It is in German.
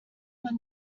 man